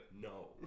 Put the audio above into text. no